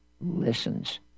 listens